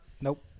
Nope